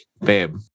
babe